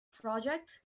project